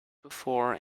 before